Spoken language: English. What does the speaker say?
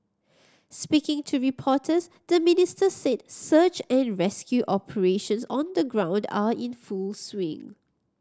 speaking to reporters the Minister said search and rescue operations on the ground are in full swing